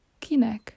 kinek